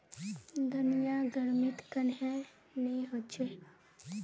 धनिया गर्मित कन्हे ने होचे?